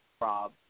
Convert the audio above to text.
Rob